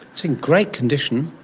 it's in great condition.